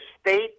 state